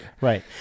right